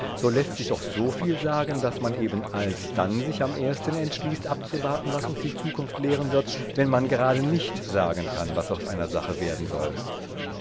so läßt sich doch soviel sagen daß man eben alsdann sich am ersten entschließt abzuwarten was uns die zukunft lehren wird wenn man gerade nicht sagen kann was aus einer sache werden soll